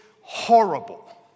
horrible